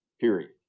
period